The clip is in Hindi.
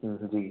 जी